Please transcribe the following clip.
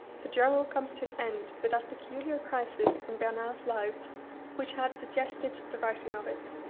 the journal comes to an end with that peculiar crisis in bernard's life which had suggested the writing of it.